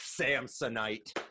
samsonite